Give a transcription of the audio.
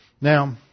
Now